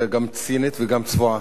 גם צינית וגם צבועה.